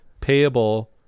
payable